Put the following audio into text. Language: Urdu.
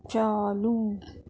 چالو